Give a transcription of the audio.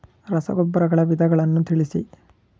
ರಸಗೊಬ್ಬರಗಳ ವಿಧಗಳನ್ನು ತಿಳಿಸಿ?